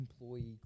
employee